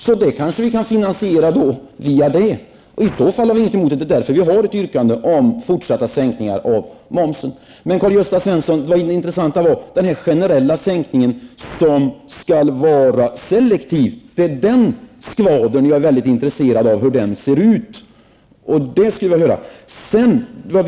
Så vi kanske kan finansiera en sänkning på det sättet. I så fall har jag ingenting emot det. Därför har vi ett yrkande om fortsatt sänkning av momsen. Det intressanta i det Karl-Gösta Svenson sade var det som gällde den generella sänkningen, att den skall vara selektiv. Jag är väldigt intresserad av att få veta hur den kommer att se ut.